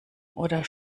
oder